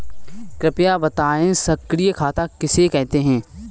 कृपया बताएँ सक्रिय खाता किसे कहते हैं?